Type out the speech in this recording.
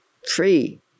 Free